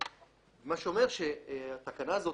מה שאומר שהתקנה הזאת,